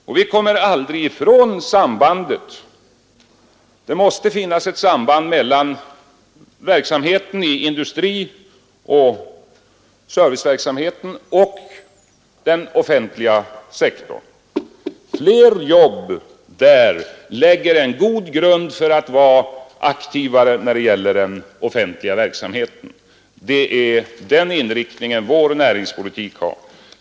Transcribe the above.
Men vi kommer aldrig ifrån att det måste finnas ett samband mellan industrin och serviceverksamheten och den offentliga sektorn. Fler jobb inom industri och servicenäringar lägger en god grund för större aktivitet när det gäller den offentliga verksamheten. Det är den inriktningen centerns näringspolitik har.